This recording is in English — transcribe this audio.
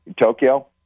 Tokyo